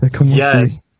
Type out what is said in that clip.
Yes